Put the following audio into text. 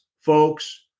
folks